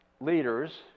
leaders